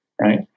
right